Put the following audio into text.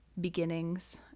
beginnings